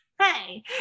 hey